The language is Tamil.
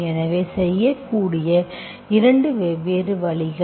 எனவே செய்யக்கூடிய 2 வெவ்வேறு வழிகள்